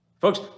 Folks